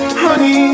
honey